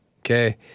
okay